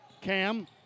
Cam